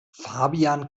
fabian